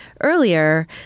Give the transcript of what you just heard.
earlier